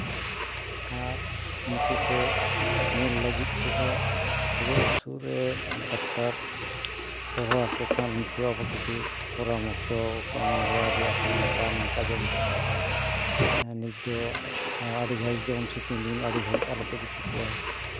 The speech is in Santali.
ᱟᱨ ᱱᱩᱠᱩ ᱠᱚ ᱧᱮᱞ ᱞᱟᱹᱜᱤᱫ ᱛᱮᱫᱚ ᱨᱩᱭᱟᱹᱜ ᱦᱟᱹᱥᱩᱜ ᱨᱮ ᱰᱟᱠᱛᱟᱨ ᱦᱚᱦᱚ ᱟᱠᱚ ᱠᱷᱟᱱ ᱱᱩᱠᱩ ᱟᱵᱚ ᱠᱤᱪᱷᱩ ᱯᱚᱨᱟᱢᱚᱨᱥᱚ ᱠᱚ ᱮᱢᱟ ᱵᱚᱱᱟ ᱡᱮ ᱟᱯᱮ ᱱᱚᱝᱠᱟ ᱱᱚᱝᱠᱟ ᱡᱚᱢ ᱦᱚᱪᱚ ᱠᱚᱯᱮ ᱱᱤᱫ ᱫᱚ ᱟᱹᱰᱤ ᱜᱷᱟᱲᱤᱡ ᱡᱮᱢᱚᱱ ᱥᱤᱛᱩᱜ ᱫᱤᱱ ᱟᱹᱰᱤ ᱜᱷᱟᱹᱲᱤᱠ ᱟᱞᱚᱯᱮ ᱜᱩᱯᱤ ᱠᱚᱣᱟ